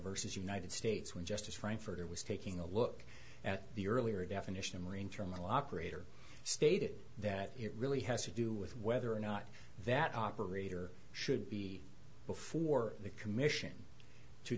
versus united states when justice frankfurter was taking a look at the earlier definition of marine terminal operator stated that it really has to do with whether or not that operator should be before the commission to